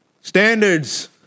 Standards